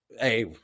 hey